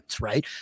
right